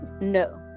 No